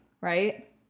right